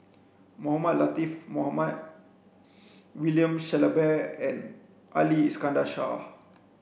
Mohamed Latiff Mohamed William Shellabear and Ali Iskandar Shah